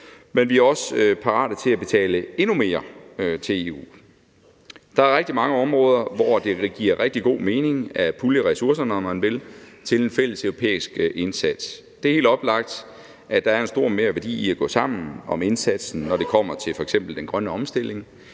men vi er også parate til at betale endnu mere til EU. Der er rigtig mange områder, hvor det giver rigtig god mening at pulje ressourcerne – om man vil – til en fælleseuropæisk indsats. Det er helt oplagt, at der er en stor merværdi i at gå sammen om indsatsen, når det kommer til f.eks. den grønne omstilling,